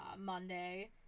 Monday